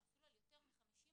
אפילו על יותר מ-50%,